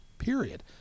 period